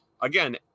again